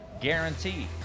guaranteed